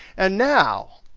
and now,